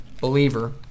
believer